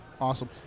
awesome